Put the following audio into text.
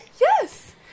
yes